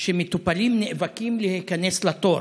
שמטופלים נאבקים להיכנס לתור,